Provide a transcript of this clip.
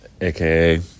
aka